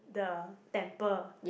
the temple